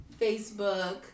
Facebook